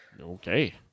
Okay